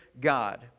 God